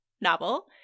novel